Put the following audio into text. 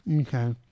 Okay